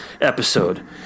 episode